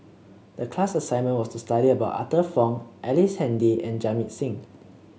the class assignment was to study about Arthur Fong Ellice Handy and Jamit Singh